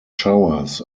showers